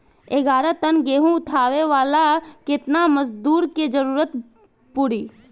ग्यारह टन गेहूं उठावेला केतना मजदूर के जरुरत पूरी?